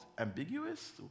Ambiguous